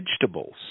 Vegetables